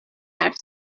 حرف